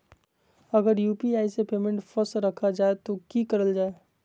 अगर यू.पी.आई से पेमेंट फस रखा जाए तो की करल जाए?